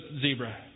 zebra